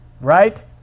right